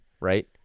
right